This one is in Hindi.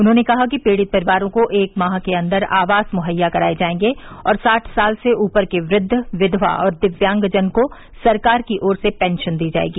उन्होंने कहा कि पीड़ित परिवारों को एक माह के अंदर आवास मुहैया कराये जायेंगे और साठ साल से ऊपर के वृद्ध विधवा और दिव्यांगजन को सरकार की ओर से पेंशन दी जायेगी